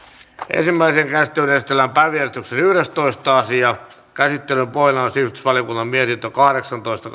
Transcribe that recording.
ensimmäiseen käsittelyyn esitellään päiväjärjestyksen yhdestoista asia käsittelyn pohjana on sivistysvaliokunnan mietintö kahdeksantoista